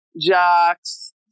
jocks